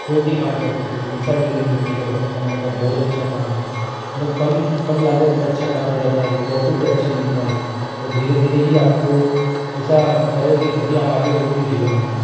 कोई भी काम कर सकते हो कैसा भी ले लो मिट्टी के बर्तन बनाने का बहुत अच्छा काम है में कम कम लागत में अच्छा काम हो जाता है प्रॉफिट भी अच्छा मिलता है और धीरे धीरे ही आप को ऐसा करोगे जभी आप आगे बढ़ोगे जीवन में